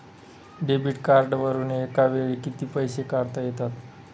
Debit कार्डवरुन एका वेळी किती पैसे काढता येतात?